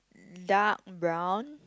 dark brown